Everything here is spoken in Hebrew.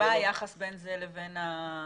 מה היחס בין זה לבין המרינות?